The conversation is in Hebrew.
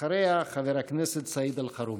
אחריה, חבר הכנסת סעיד אלחרומי.